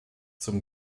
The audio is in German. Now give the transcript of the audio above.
zum